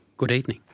good evening.